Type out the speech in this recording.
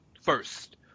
first